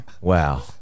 Wow